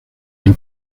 del